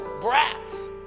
brats